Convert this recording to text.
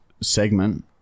segment